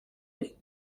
est